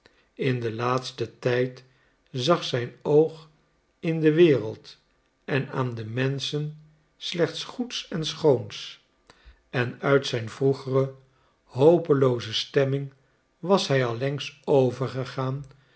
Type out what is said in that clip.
in den laatsten tijd zag zijn oog in de wereld en aan de menschen slechts goeds en schoons en uit zijn vroegere hopelooze stemming was hij allengs overgegaan